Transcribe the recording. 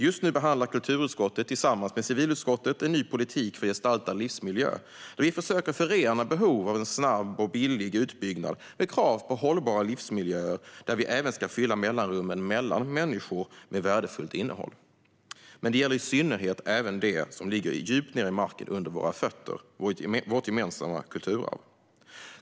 Just nu behandlar kulturutskottet tillsammans med civilutskottet en ny politik för gestaltad livsmiljö där vi försöker förena behov av snabb och billig utbyggnad med krav på hållbara livsmiljöer där vi även ska fylla mellanrummen mellan människor med värdefullt innehåll. Men det gäller i synnerhet även det som ligger djupt ned i marken under våra fötter - vårt gemensamma kulturarv.